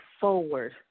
forward